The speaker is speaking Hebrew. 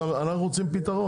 אנחנו נציג לכם.